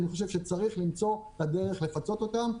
אני חושב שצריך למצוא את הדרך לפצות אותם.